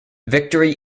victory